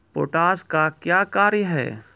Potash का क्या कार्य हैं?